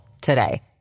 today